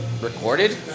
recorded